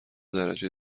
درجه